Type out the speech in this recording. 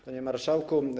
Panie Marszałku!